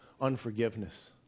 Unforgiveness